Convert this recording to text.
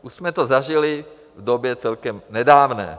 Už jsme to zažili v době celkem nedávné.